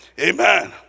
amen